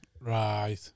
Right